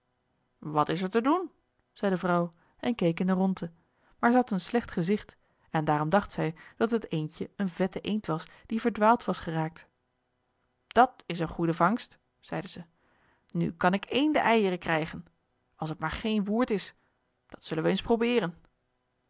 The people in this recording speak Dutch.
wat is er te doen zei de vrouw en keek in de rondte maar zij had een slecht gezicht en daarom dacht zij dat het eendje een vette eend was die verdwaald was geraakt dat is een goede vangst zeide zij nu kan ik eendeneieren krijgen als het maar geen woerd is dat zullen wij eens probeeren